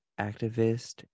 activist